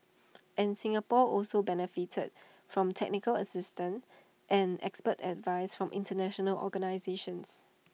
and Singapore also benefited from technical assistance and expert advice from International organisations